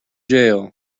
jail